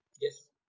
yes